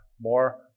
more